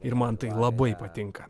ir man tai labai patinka